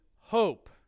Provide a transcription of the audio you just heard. hope